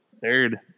Third